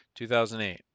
2008